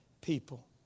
people